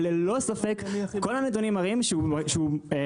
אבל ללא ספק כל הנתונים מראים שהוא נתון